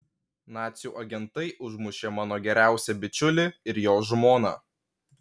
nacių agentai užmušė mano geriausią bičiulį ir jo žmoną